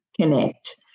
connect